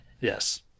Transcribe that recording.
Yes